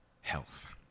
health